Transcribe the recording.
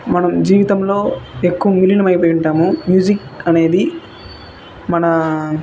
మనం జీవితంలో ఎక్కువ నీలినమైపోయి ఉంటాము మ్యూజిక్ అనేది మన